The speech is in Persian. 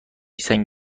سنگ